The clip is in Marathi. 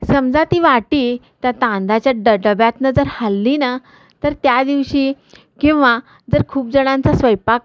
समजा ती वाटी त्या तांदळाच्या ड डब्यातनं जर हल्ली ना तर त्या दिवशी किंवा जर खूप जणांचा स्वयंपाक